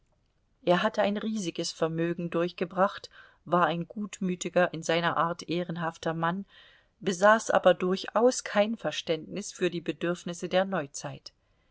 er hatte ein riesiges vermögen durchgebracht war ein gutmütiger in seiner art ehrenhafter mann besaß aber durchaus kein verständnis für die bedürfnisse der neuzeit